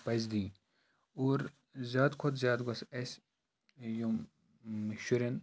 پَزِ دِنۍ اور زیادٕ کھۄتہٕ زیادٕ گوٚژھ اَسہِ یِم شُرٮ۪ن